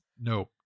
No